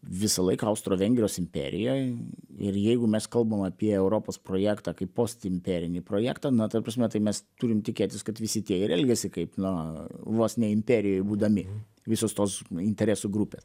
visą laiką austro vengrijos imperijoj ir jeigu mes kalbam apie europos projektą kaip postimperinį projektą na ta prasme tai mes turim tikėtis kad visi tie ir elgiasi kaip no vos ne imperijoj būdami visos tos interesų grupės